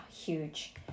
huge